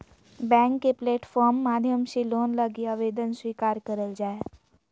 bank के platform माध्यम से लोन लगी आवेदन स्वीकार करल जा हय